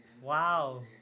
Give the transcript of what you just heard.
Wow